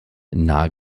nahe